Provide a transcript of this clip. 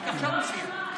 רק עכשיו הוא,